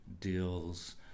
deals